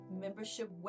membership